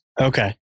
Okay